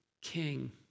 king